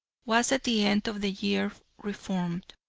was at the end of the year re-formed,